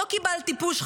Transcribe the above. לא קיבלתי פוש,